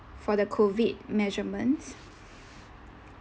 for the COVID measurements